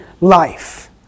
life